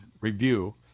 Review